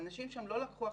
האנשים שם לא לקחו אחריות.